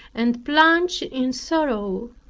and plunged in sorrow,